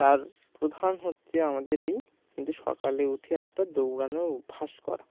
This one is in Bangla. আর প্রধান হচ্ছে আমাদের এই কিন্তু সকালে উঠে একটা দৌড়ানোর অভ্যাস করা